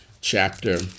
chapter